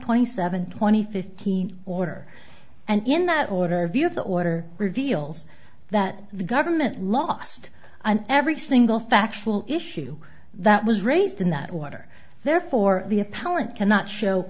twenty seven twenty fifteen order and in that order our view of the order reveals that the government lost every single factual issue that was raised in that order therefore the apparent cannot show